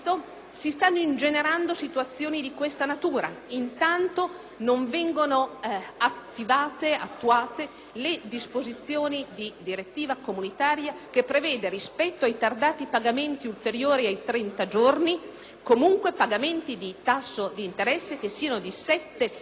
non vengono attuate le disposizioni di direttiva comunitaria che prevede, rispetto ai tardati pagamenti ulteriori ai 30 giorni, l'applicazione di tassi d'interesse almeno di sette punti superiori ai tassi della BCE.